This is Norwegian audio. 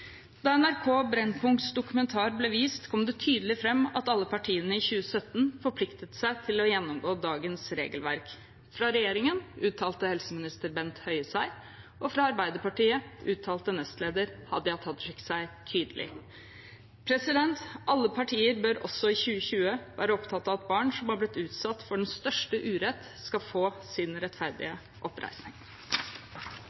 Da NRK Brennpunkts dokumentar ble vist, kom det tydelig fram at alle partiene i 2017 forpliktet seg til å gjennomgå dagens regelverk. Fra regjeringen uttalte helseminister Bent Høie seg, og fra Arbeiderpartiet uttalte nestleder Hadia Tajik seg tydelig. Alle partier bør også i 2020 være opptatt av at barn som har blitt utsatt for den største urett, skal få sin rettferdige